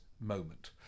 moment